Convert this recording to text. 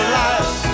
life